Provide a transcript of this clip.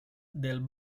del